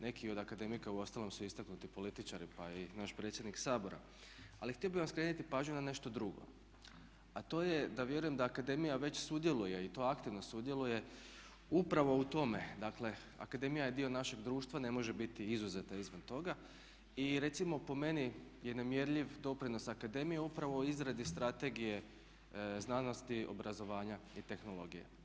Neki od akademika u ostalom su istaknuti političari pa i naš predsjednik Sabora, ali htio bi vam skrenuti pažnju na nešto drugo a to je da vjerujem da akademija već sudjeluje i to aktivno sudjeluje upravo u tome, dakle akademija je dio našeg društva, ne može biti izuzeta izvan toga i recimo po meni je nemjerljiv doprinos akademije upravo u izradi Strategije znanosti, obrazovanja i tehnologije.